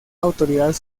autoridad